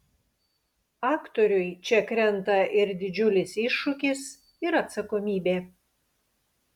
aktoriui čia krenta ir didžiulis iššūkis ir atsakomybė